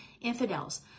infidels